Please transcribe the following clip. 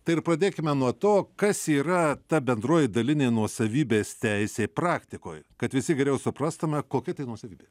tai ir pradėkime nuo to kas yra ta bendroji dalinė nuosavybės teisė praktikoj kad visi geriau suprastume kokia tai nuosavybė